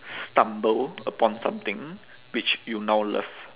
stumble upon something which you now love